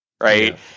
right